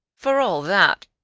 for all that,